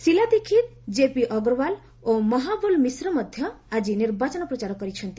Sheila Dikshit K P Agarwal ଓ ମହାବଲ୍ ମିଶ୍ର ମଧ୍ୟ ଆଜି ନିର୍ବାଚନ ପ୍ରଚାର କରିଛନ୍ତି